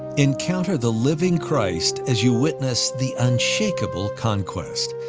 encounter the living christ as you witness, the unshakable conquest.